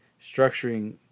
structuring